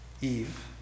Eve